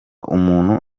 umuntu